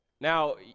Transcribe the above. now